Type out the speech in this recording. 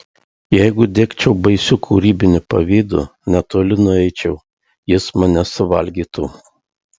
jeigu degčiau baisiu kūrybiniu pavydu netoli nueičiau jis mane suvalgytų